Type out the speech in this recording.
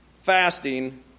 fasting